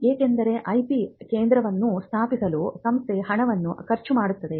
ಏಕೆಂದರೆ ಐಪಿ ಕೇಂದ್ರವನ್ನು ಸ್ಥಾಪಿಸಲು ಸಂಸ್ಥೆ ಹಣವನ್ನು ಖರ್ಚು ಮಾಡುತ್ತದೆ